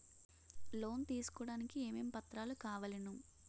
Loan తీసుకోడానికి ఏమేం పత్రాలు కావలెను?